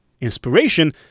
Inspiration